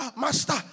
Master